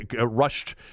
rushed –